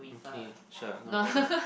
okay sure no problem